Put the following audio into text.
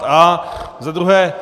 A za druhé.